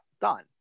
Done